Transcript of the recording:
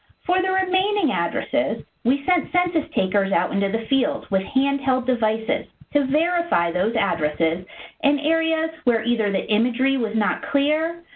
for the remaining addresses, we sent census takers out into the field with handheld devices to verify those addresses and areas where either the imagery was not clear,